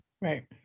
Right